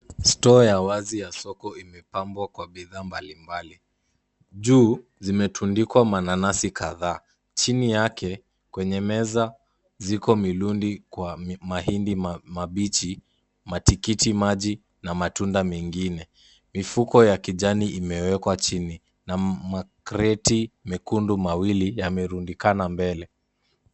Store ya wazi ya soko imepambwa kwa bidhaa mbalimbali. Juu zimetundikwa na mananasi kadha, chini yake kwenye meza ziko milundi kwa mahindi mabichi, matikiti maji na matunda mengine. Mifuko ya kijani imewekwa chini na makreti mekundu mawili yamerundikana mbele.